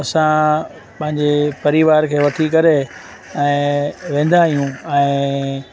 असां पंहिंजे परिवार खे वठी करे ऐं वेंदा आहियूं ऐं